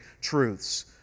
truths